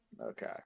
Okay